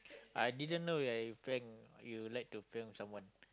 I didn't know ya you prank you like to prank someone